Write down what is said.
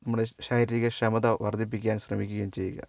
നമ്മുടെ ശാരീരിക ക്ഷമത വർദ്ധിപ്പിക്കാൻ ശ്രമിക്കുകയും ചെയ്യുക